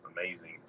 amazing